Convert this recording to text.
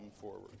forward